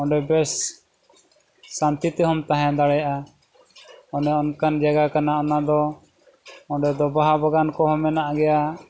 ᱚᱸᱰᱮ ᱵᱮᱥ ᱥᱟᱱᱛᱤ ᱛᱮᱦᱚᱸᱢ ᱛᱟᱦᱮᱸ ᱫᱟᱲᱮᱭᱟᱜᱼᱟ ᱚᱱᱮ ᱚᱱᱠᱟᱱ ᱡᱟᱭᱜᱟ ᱠᱟᱱᱟ ᱚᱱᱟ ᱫᱚ ᱚᱸᱰᱮ ᱫᱚ ᱵᱟᱦᱟ ᱵᱟᱜᱟᱱ ᱠᱚᱦᱚᱸ ᱢᱮᱱᱟᱜ ᱜᱮᱭᱟ